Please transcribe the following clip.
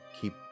keep